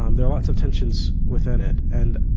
um there are lots of tensions within it and,